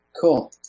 Cool